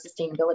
sustainability